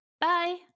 bye